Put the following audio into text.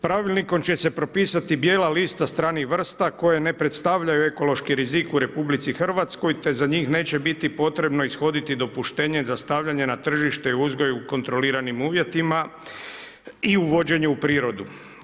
Pravilnikom će se propisati bijela lista stranih vrsta koje ne predstavljaju ekološki rizik u RH te za njih neće biti potrebni ishoditi dopuštenje za stavljane na tržište i uzgoj u kontroliranim uvjetima i uvođenje u prirodu.